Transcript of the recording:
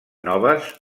noves